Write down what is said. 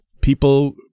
people